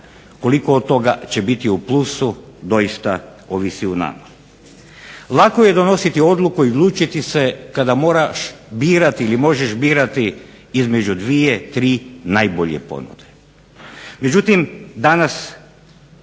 koliko toga će doista biti u plusu ovisi o nama. Lako je donositi odluku i odlučiti se kada moraš ili možeš birati između 2, 3 najbolje ponude. Međutim, danas